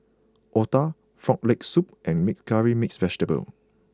Otah Frog Leg Soup and meek Curry Mixed Vegetable